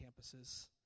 campuses